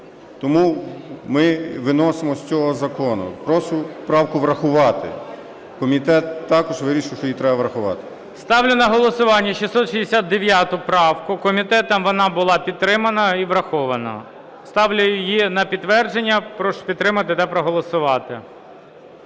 тому ми виносимо з цього закону. Прошу правку врахувати. Комітет також вирішив, що її треба врахувати. ГОЛОВУЮЧИЙ. Ставлю на голосування 669 правку. Комітетом вона була підтримана і врахована. Ставлю її на підтвердження. Прошу підтримати та проголосувати.